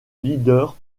leader